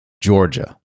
georgia